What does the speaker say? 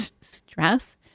stress